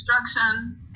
instruction